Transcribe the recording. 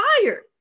tired